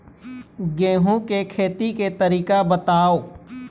गेहूं के खेती के तरीका बताव?